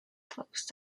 closed